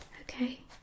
Okay